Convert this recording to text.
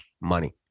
money